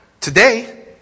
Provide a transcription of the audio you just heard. today